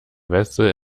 wetzel